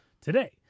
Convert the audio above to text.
today